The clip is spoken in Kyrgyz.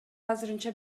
азырынча